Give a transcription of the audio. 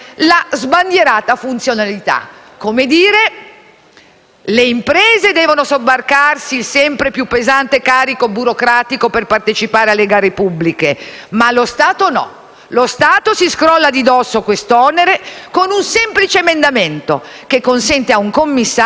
le imprese devono sobbarcarsi il sempre più pesante carico burocratico per partecipare alle gare pubbliche, ma lo Stato no. Lo Stato si scrolla di dosso questo onere con un semplice emendamento, che consente ad un commissario di derogare e non rispettare quel codice.